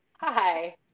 hi